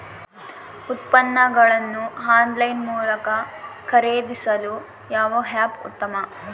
ಉತ್ಪನ್ನಗಳನ್ನು ಆನ್ಲೈನ್ ಮೂಲಕ ಖರೇದಿಸಲು ಯಾವ ಆ್ಯಪ್ ಉತ್ತಮ?